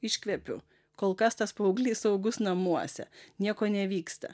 iškvepiu kol kas tas paauglys saugus namuose nieko nevyksta